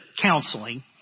counseling